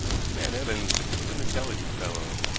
this man evans was an intelligent fellow,